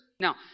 Now